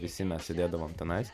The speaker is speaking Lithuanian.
visi mes sėdėdavom tenais